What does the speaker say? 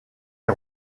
les